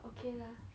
okay lah